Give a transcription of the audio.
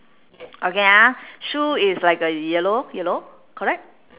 okay ah shoe is like a yellow yellow correct